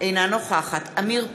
אינה נוכחת עמיר פרץ,